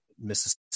mississippi